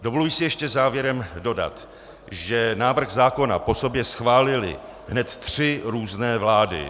Dovoluji si ještě závěrem dodat, že návrh zákona po sobě schválily hned tři různé vlády.